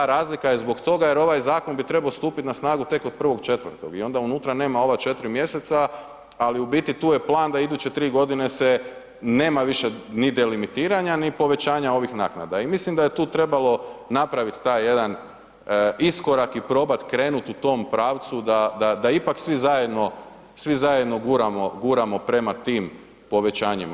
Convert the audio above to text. Za razlika je zbog toga jer ovaj zakon bi trebao stupiti na snagu tek od 1.4. i onda unutra nema ova 4 mjeseca, ali u biti, tu je plan da iduće 3 godine se nema više ni delimitiranja ni povećanja ovih naknada i mislim da je tu trebalo napraviti taj jedan iskorak i probat krenuti u tom pravcu da ipak svi zajedno guramo prema tim povećanjima.